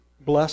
bless